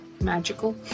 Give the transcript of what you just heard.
magical